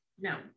no